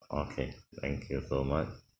okay thank you so much